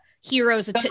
heroes